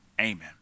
amen